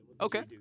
Okay